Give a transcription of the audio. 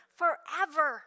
forever